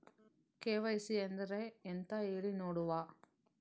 KYC ಅಂದ್ರೆ ಎಂತ ಹೇಳಿ ನೋಡುವ?